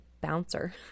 bouncer